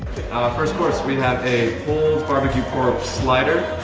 first course. we have a barbecue pork slider,